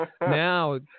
now